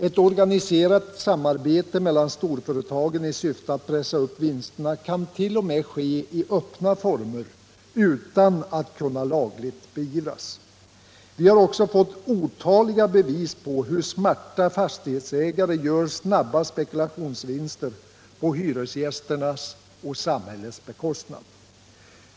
Ett organiserat samarbete mellan storföretagen i syfte att pressa upp vinsterna kan t.o.m. ske i öppna former utan att kunna lagligt beivras. Vi har också fått otaliga bevis på hur smarta fastighetsägare gör snabba spekulationsvinster på hyresgästernas och samhällets bekostnad.